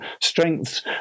strengths